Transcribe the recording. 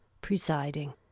presiding